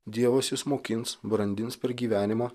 dievas jus mokins brandins per gyvenimą